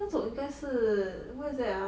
那种应该是 what is that ah